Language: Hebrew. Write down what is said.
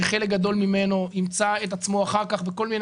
שחלק גדול ממנו ימצא את עצמו אחר כך בכל מיני